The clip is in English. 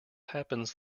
happens